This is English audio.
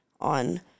on